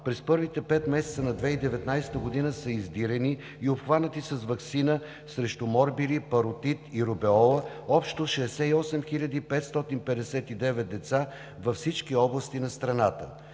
през първите 5 месеца на 2019 г. са издирени и обхванати с ваксина срещу морбили, паротит и рубеола общо 68 559 деца във всички области на страната.